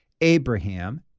Abraham